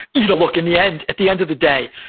you know, look, in the end, at the end of the day,